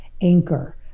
anchor